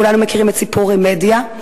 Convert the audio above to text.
כולנו מכירים את סיפור "רמדיה".